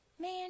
man